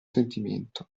sentimento